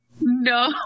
No